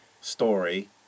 story